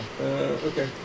Okay